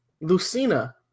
Lucina